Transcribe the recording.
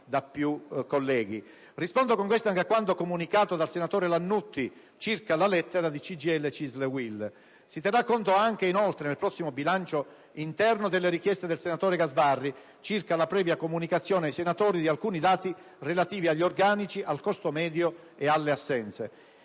da diversi colleghi. Rispondo con questo anche a quanto comunicato dal senatore Lannutti circa la lettera di CGIL, CISL e UIL. Si terrà conto inoltre per il prossimo bilancio interno delle richieste del senatore Gasbarri circa la previa comunicazione ai senatori di alcuni dati relativi agli organici, al costo medio, alle assenze.